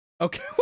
Okay